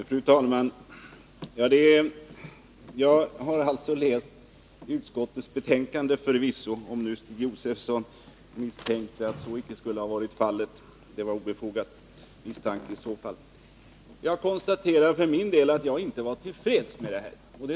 Fru talman! Jag har förvisso läst utskottets betänkande, om nu Stig Josefson misstänkte att så icke skulle vara fallet. Det var i så fall en obefogad misstanke. Jag konstaterade för min del att jag inte var till freds med detta betänkande.